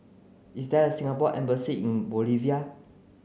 is there a Singapore embassy in Bolivia